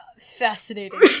Fascinating